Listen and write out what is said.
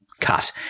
cut